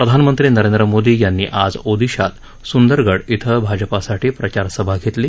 प्रधानमंत्री नरेंद्र मोदी यांनी आज ओदिशात सुंदरगड क्रें भाजपासाठी प्रचार सभा घेतली